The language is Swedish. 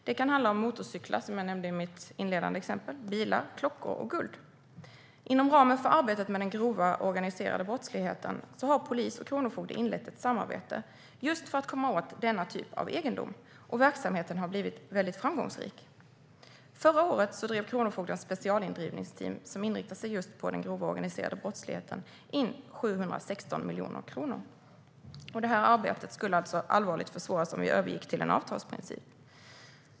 Det kan handla om motorcyklar, som jag nämnde i mitt inledande exempel, bilar, klockor och guld. Inom ramen för arbetet med den grova organiserade brottsligheten har polis och kronofogde inlett ett samarbete just för att kunna komma åt denna typ av egendom. Verksamheten har blivit väldigt framgångsrik. Förra året drev kronofogdens specialindrivningsteam, som inriktar sig på just den grova organiserade brottsligheten, in 716 miljoner kronor. Detta arbete skulle allvarligt försvåras om vi övergick till en avtalsprincip.